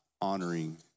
honoring